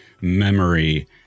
memory